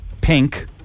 Pink